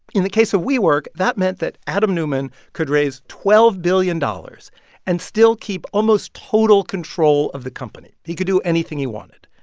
in the case of wework, that meant that adam neumann could raise twelve billion dollars and still keep almost total control of the company. he could do anything he wanted.